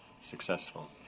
successful